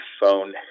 phone